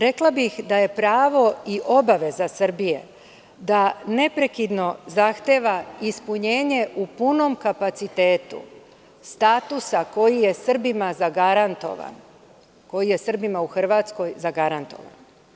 Rekla bih da je pravo i obaveza Srbije da neprekidno zahteva ispunjenje u punom kapacitetu statusa koji Srbima u Hrvatskoj zagarantovan.